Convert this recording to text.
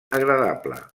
agradable